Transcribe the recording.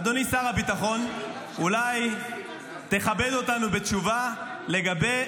אדוני שר הביטחון, אולי תכבד אותנו בתשובה לגבי